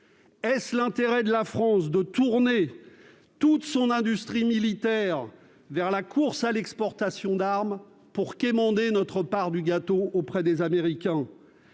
Est-ce l'intérêt de la France de tourner toute son industrie militaire vers la course à l'exportation d'armes, en quémandant notre « part du gâteau » auprès des Américains ?